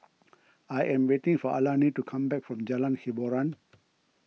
I am waiting for Alani to come back from Jalan Hiboran